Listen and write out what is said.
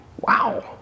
Wow